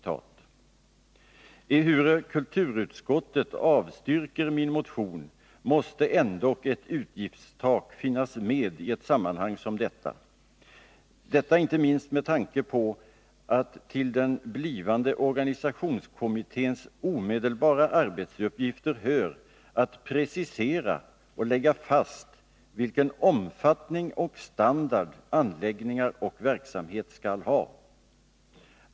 Ehuru kulturutskottet avstyrker min motion måste ändock ett utgiftstak finnas med i ett sammanhang som detta, icke minst med tanke på att till den blivande organisationskommitténs omedelbara arbetsuppgifter hör att precisera och lägga fast vilken omfattning och standard anläggningar och verksamhet skall ha.